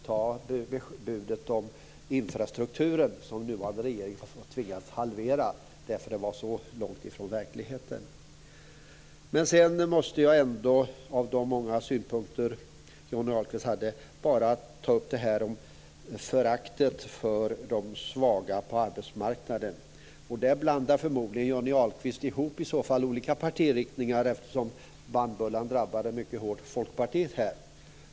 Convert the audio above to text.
Ta exemplet med budet om infrastrukturen, som nuvarande regering har tvingats att halvera därför att det var så långt ifrån verkligheten. Av de många synpunkter som Johnny Ahlqvist framförde vill jag bara ta upp detta med föraktet för de svaga på arbetsmarknaden. Här blandar Johnny Ahlqvist tydligen ihop olika partiriktningar, eftersom bannbullan drabbade folkpartiet så hårt.